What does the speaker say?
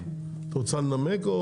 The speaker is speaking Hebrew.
את רוצה לנמק?